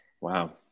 Wow